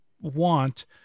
want